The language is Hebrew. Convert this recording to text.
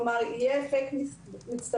כלומר, יהיה אפקט מצטבר.